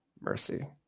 mercy